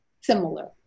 similar